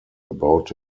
about